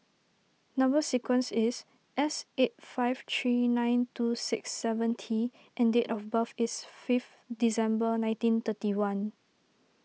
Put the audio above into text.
Number Sequence is S eight five three nine two six seven T and date of birth is fifth December nineteen thirty one